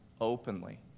openly